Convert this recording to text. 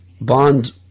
bond